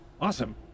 Awesome